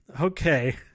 okay